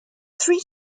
three